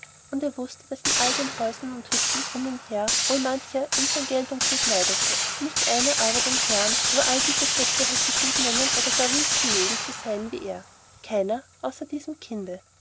und er wußte daß in all den häusern und hütten um ihn her wohl mancher ihm sein geld und gut neidete nicht einer aber den herrn über all diese schätze hätte gut nennen oder gar wünschen mögen zu sein wie er keiner außer diesem kinde